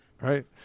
right